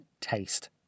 taste